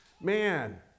man